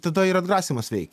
tada ir atgrasymas veikia